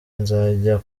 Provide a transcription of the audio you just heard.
nzajya